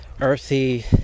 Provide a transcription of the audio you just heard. earthy